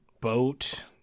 boat